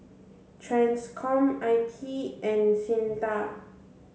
TRANSCOM I P and SINDA